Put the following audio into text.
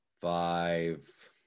five